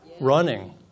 running